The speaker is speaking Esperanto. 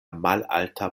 malalta